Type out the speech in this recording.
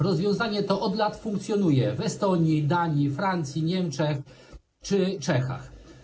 Rozwiązanie to od lat funkcjonuje w Estonii, Danii, Francji, Niemczech czy Czechach.